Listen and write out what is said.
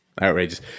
Outrageous